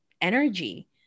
energy